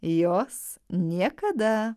jos niekada